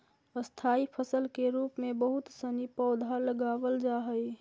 स्थाई फसल के रूप में बहुत सनी पौधा लगावल जा हई